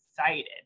excited